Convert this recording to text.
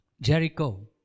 Jericho